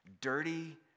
dirty